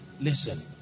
listen